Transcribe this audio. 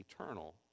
eternal